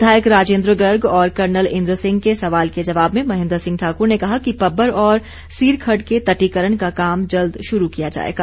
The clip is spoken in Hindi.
विधायक राजेंद्र गर्ग और कर्नल इंद्र सिंह के सवाल के जवाब में महेंद्र सिंह ठाकुर ने कहा कि पब्बर और सीर खड्ड के तट्टीकरण का काम जल्द शुरू किया जाएगा